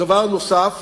דבר נוסף